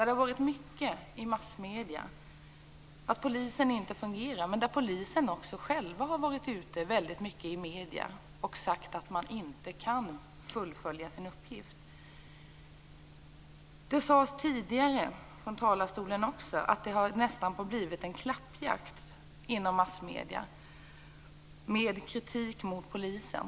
Det har varit mycket i massmedierna om att polisen inte fungerar. Men polisen har också själv varit ute mycket och sagt att man inte kan fullfölja sin uppgift. Det sades tidigare från talarstolen att det nästan har blivit en klappjakt inom massmedierna med kritik mot polisen.